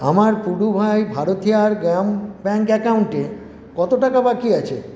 আমার পুডুভাই ভারতীয়ার গ্রাম ব্যাঙ্ক অ্যাকাউন্টে কত টাকা বাকি আছে